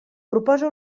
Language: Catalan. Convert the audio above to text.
proposa